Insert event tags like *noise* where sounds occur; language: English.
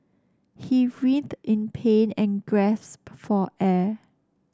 he writhed in pain and *unintelligible* for air